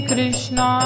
Krishna